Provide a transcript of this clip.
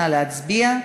נא להצביע.